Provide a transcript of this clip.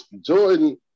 Jordan